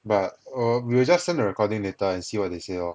but um you just send the recording later and see what they say lor